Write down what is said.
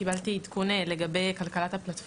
קיבלתי עדכון לגבי כלכלת הפלטפורמה,